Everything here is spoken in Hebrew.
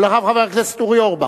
ואחריו, חבר הכנסת אורי אורבך.